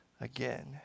again